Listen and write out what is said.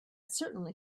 certainly